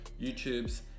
YouTubes